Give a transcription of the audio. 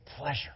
pleasure